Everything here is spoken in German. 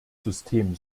system